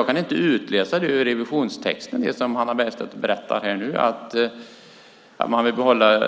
Jag kan inte utläsa ur reservationstexten det som Hannah Bergstedt berättar här, nämligen att man vill behålla